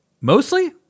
mostly